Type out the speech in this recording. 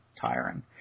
tiring